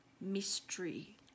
mystery